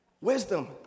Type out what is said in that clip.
Wisdom